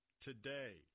today